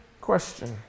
question